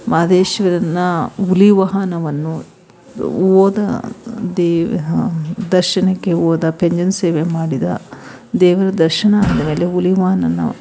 ಮಹದೇಶ್ವರನ ಹುಲಿ ವಾಹನವನ್ನು ಹೋದ ದೇಹ ದರ್ಶನಕ್ಕೆ ಹೋದ ಪಂಜಿನ ಸೇವೆ ಮಾಡಿದ ದೇವರ ದರ್ಶನ ಆದಮೇಲೆ ಹುಲಿ ವಾಹನನ